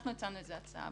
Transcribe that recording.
הצענו הצעה,